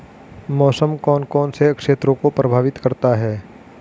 मौसम कौन कौन से क्षेत्रों को प्रभावित करता है?